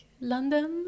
London